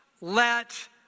let